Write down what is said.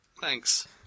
Thanks